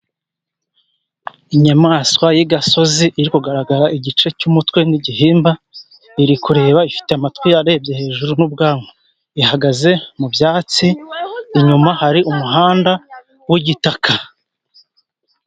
Inyamaswa y'i gasozi iri kugaragara igice cy'umutwe n'igihimba. Iri kureba, ifite amatwi arebye hejuru n'ubwanwa. Ihagaze mu byatsi, inyuma hari umuhanda w'igitaka.